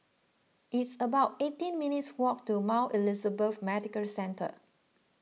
it's about eighteen minutes' walk to Mount Elizabeth Medical Centre